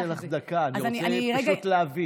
אני אתן לך דקה, אני רוצה פשוט להבין.